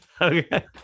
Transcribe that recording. Okay